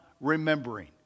remembering